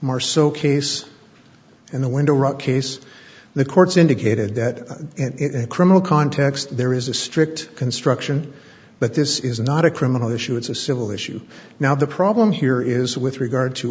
more so case in the window rock case the courts indicated that in a criminal context there is a strict construction but this is not a criminal issue it's a civil issue now the problem here is with regard to